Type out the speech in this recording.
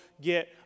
get